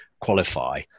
qualify